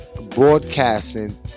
broadcasting